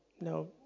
No